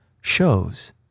shows